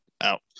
out